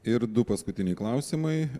ir du paskutiniai klausimai